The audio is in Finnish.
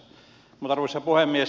arvoisa puhemies